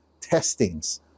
testings